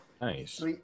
Nice